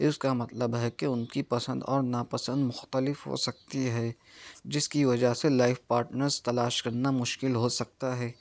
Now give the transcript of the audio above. اس کا مطلب ہے کہ ان کی پسند اور ناپسند مختلف ہو سکتی ہے جس کی وجہ سے لائف پارٹنرس تلاش کرنا مشکل ہو سکتا ہے